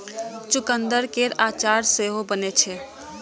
चुकंदर केर अचार सेहो बनै छै